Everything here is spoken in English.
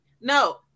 No